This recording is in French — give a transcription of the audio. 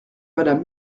madame